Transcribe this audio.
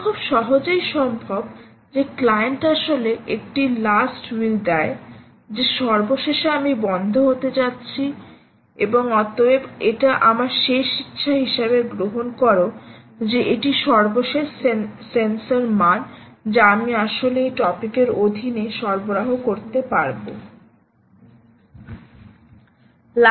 এটি খুব সহজেই সম্ভব যে ক্লায়েন্ট আসলে একটি লাস্ট উইল দেয় যে সর্বশেষে আমি বন্ধ হতে যাচ্ছি এবং অতএব এটি আমার শেষ ইচ্ছা হিসাবে গ্রহণ কর যে এটি সর্বশেষ সেন্সর মান যা আমি আসলে এই টপিক এর অধীনে সরবরাহ করতে পারি